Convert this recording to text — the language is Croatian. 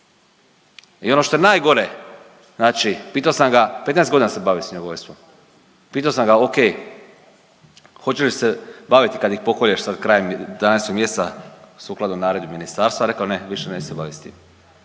I ono što je najgore znači, pitao sam ga 15 godina se bavi svinjogojstvom. Pitao sam ga ok, hoće li se baviti kad ih pokolješ sad krajem 11. mjeseca, rekao je ne, više se neću baviti s tim.